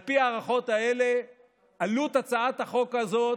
על פי ההערכות שעשו עלות הצעת החוק הזאת,